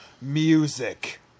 music